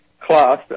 class